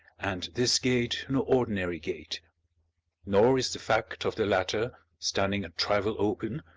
and this gate no ordinary gate nor is the fact of the latter standing a trifle open,